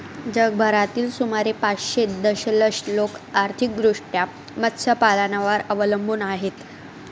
जगभरातील सुमारे पाचशे दशलक्ष लोक आर्थिकदृष्ट्या मत्स्यपालनावर अवलंबून आहेत